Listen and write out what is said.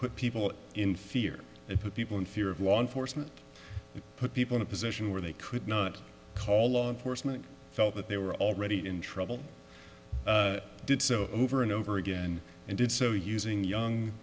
put people in fear and put people in fear of law enforcement put people in a position where they could not call law enforcement felt that they were already in trouble did so over and over again and did so using young